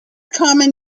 common